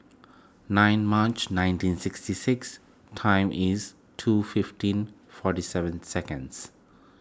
nine March nineteen sixty six time is two fifteen forty seven seconds